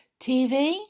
TV